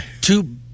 Two